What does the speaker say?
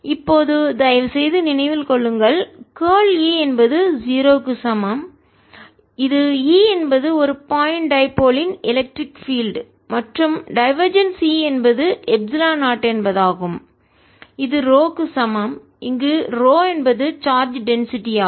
இப்போது தயவுசெய்து நினைவில் கொள்ளுங்கள்கார்ல் E என்பது 0 க்கு சமம் இது E என்பது ஒரு பாயிண்ட் டைபோல் புள்ளி இருமுனை யின் எலக்ட்ரிக் பீல்டு மின்சார புலம் மற்றும் டைவர்ஜென்ஸ் E என்பது எப்சிலன் 0 என்பதாகும்இது ரோ க்கு சமம் இங்கு ரோ என்பது சார்ஜ் டென்சிட்டி அடர்த்தி ஆகும்